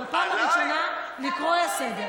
ובפעם הראשונה לקרוא לסדר.